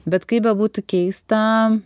bet kaip bebūtų keista